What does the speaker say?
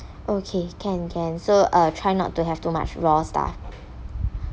okay can can so uh try not to have too much raw stuff